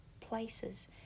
places